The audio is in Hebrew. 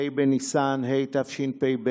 ה' בניסן התשפ"ב,